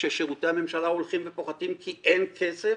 כששירותי הממשלה הולכים ופוחתים כי אין כסף,